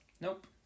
Nope